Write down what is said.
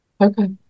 Okay